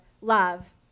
love